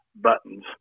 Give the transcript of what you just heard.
buttons